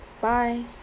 Bye